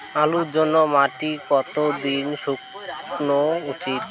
আলুর জন্যে মাটি কতো দিন শুকনো উচিৎ?